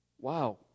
Wow